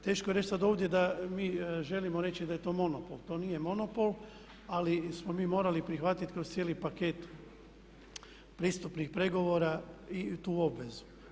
Teško je reći sada ovdje da mi želimo reći da je to monopol, to nije monopol ali smo mi morali prihvatiti kroz cijeli paket pristupnih pregovora i tu obvezu.